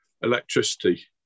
electricity